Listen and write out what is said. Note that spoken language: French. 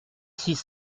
six